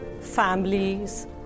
families